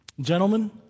Gentlemen